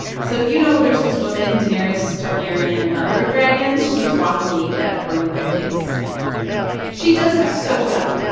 so you know there's this woman, daenerys targaryen, mother of dragons? she's always walking naked out of burning buildings no she does it so well.